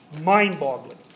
mind-boggling